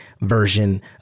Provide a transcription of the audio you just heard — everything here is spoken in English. version